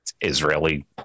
Israeli